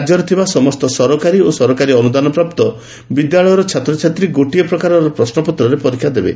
ରାଜ୍ୟରେ ଥିବା ସମସ୍ତ ସରକାରୀ ଓ ସରକାରୀ ଅନୁଦାନପ୍ରାପ୍ତ ବିଦ୍ୟାଳୟର ଛାତ୍ରଛାତ୍ରୀ ଗୋଟିଏ ପ୍ରକାର ପ୍ରଶ୍ୱପତ୍ରରେ ପରୀକ୍ଷା ଦେବେ